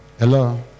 Hello